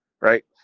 Right